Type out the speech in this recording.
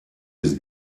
his